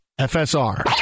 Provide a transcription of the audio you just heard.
FSR